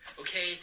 Okay